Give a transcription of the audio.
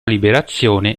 liberazione